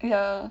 ya